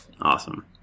Awesome